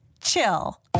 Chill